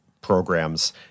programs